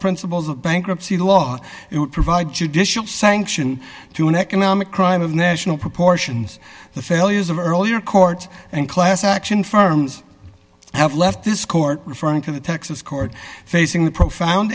principles of bankruptcy law it would provide judicial sanction to an economic crime of national proportions the failures of earlier court and class action firms have left this court referring to the texas court facing the profound